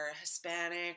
Hispanic